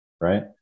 right